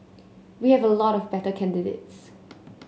we have a lot of better candidates